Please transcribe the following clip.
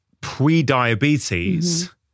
pre-diabetes